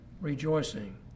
rejoicing